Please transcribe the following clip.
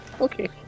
okay